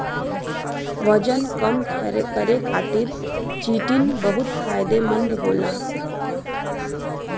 वजन कम करे खातिर चिटिन बहुत फायदेमंद होला